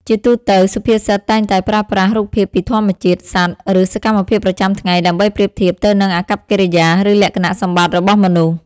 ជាទូទៅ សុភាសិតតែងតែប្រើប្រាស់រូបភាពពីធម្មជាតិ សត្វ ឬសកម្មភាពប្រចាំថ្ងៃ ដើម្បីប្រៀបធៀបទៅនឹងអាកប្បកិរិយា ឬលក្ខណៈសម្បត្តិរបស់មនុស្ស។